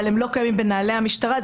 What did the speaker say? אבל הם לא קיימים בנהלי המשטרה.